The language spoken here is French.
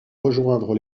rejoindre